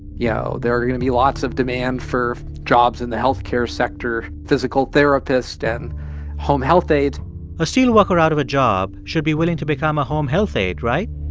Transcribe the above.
you know, there are going to be lots of demand for jobs in the health care sector physical therapist and home health aides a steelworker out of a job should be willing to become a home health aide, right?